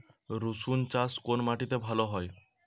রুসুন চাষ কোন মাটিতে ভালো হয়?